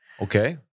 Okay